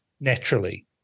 naturally